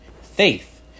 Faith